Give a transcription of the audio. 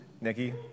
Nikki